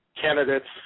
candidates